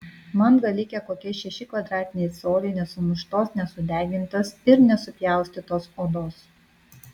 man gal likę kokie šeši kvadratiniai coliai nesumuštos nesudegintos ir nesupjaustytos odos